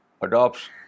adopts